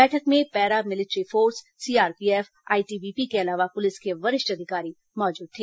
बैठक में paramilitary force CRPF ITBP के अलावा पुलिस के वरिष्ठ अधिकारी मौजूद थे